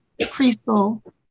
preschool